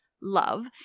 love